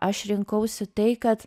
aš rinkausi tai kad